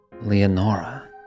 Leonora